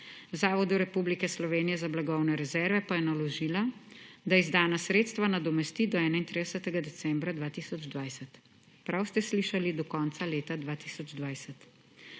Zavodu Republike Slovenije za blagovne rezerve pa je naložila, da izdana sredstva nadomesti do 31. decembra 2020. Prav ste slišali, do konca leta 2020.